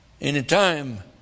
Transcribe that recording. Anytime